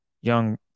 young